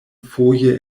foje